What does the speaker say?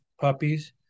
puppies